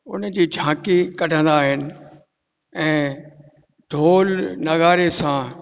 उनजी झांकी कढंदा आहिनि ऐं ढोल नगाड़े सां